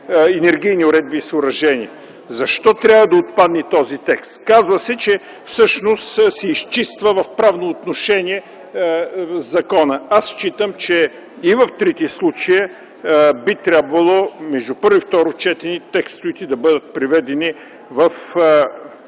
енергийни уредби и съоръжения. Защо трябва да отпадне този текст? Каза се, че всъщност се изчиства в правно отношение законът. Аз считам, че и в трите случая би трябвало, между първо и второ четене, текстовете да бъдат приведени в съответствие